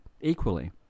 equally